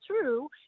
true